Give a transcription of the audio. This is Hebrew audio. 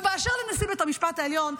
ובאשר לנשיא בית המשפט העליון,